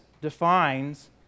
defines